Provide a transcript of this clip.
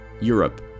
Europe